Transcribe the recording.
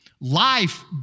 Life